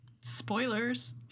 Spoilers